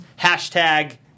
hashtag